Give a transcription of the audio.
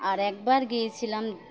আর একবার গিয়েছিলাম